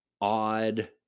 odd